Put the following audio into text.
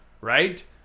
right